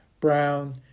brown